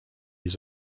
his